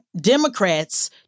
Democrats